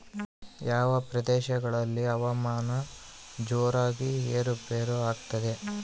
ಯಾವ ಪ್ರದೇಶಗಳಲ್ಲಿ ಹವಾಮಾನ ಜೋರಾಗಿ ಏರು ಪೇರು ಆಗ್ತದೆ?